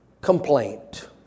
complaint